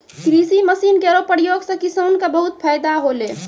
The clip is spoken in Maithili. कृषि मसीन केरो प्रयोग सें किसान क बहुत फैदा होलै